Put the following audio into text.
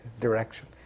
direction